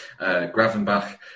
Gravenbach